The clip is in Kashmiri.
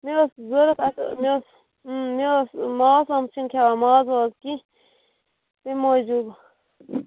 مےٚ ٲس ضوٚرَتھ اَتھہِ مےٚ اوس مےٚ اوسس ماز واز چھُنہٕ کھٮ۪وان ماز واز کیٚنٛہہ تمہِ موٗجوٗب